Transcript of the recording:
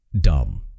dumb